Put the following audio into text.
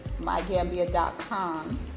MyGambia.com